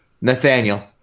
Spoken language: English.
Nathaniel